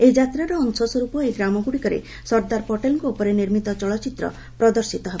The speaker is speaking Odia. ଏହି ଯାତ୍ରାର ଅଂଶ ସ୍ୱରୂପ ଏହି ଗ୍ରାମଗୁଡ଼ିକରେ ସର୍ଦ୍ଦାର ପଟେଲଙ୍କ ଉପରେ ନିର୍ମିତ ଚଳଚ୍ଚିତ୍ର ପ୍ରଦର୍ଶିତ ହେବ